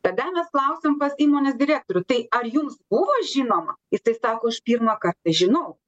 tada mes klausiam pas įmonės direktorių tai ar jums buvo žinoma jisai sako aš pirmą kartą žinau